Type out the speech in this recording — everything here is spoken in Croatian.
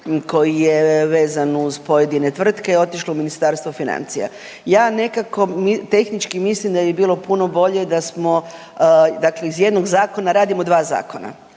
koji je vezan uz pojedine tvrtke otišlo u Ministarstvo financija. Ja nekako tehnički mislim da bi bilo bolje da smo dakle iz jednog zakona radimo dva zakona.